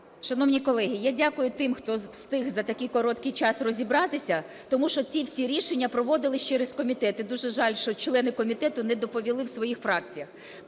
Шановні колеги, я дякую тим, хто встиг за такий короткий час розібратися, тому що ці всі рішення проводилися через комітет, і дуже жаль, що члени комітету не доповіли в своїх фракціях.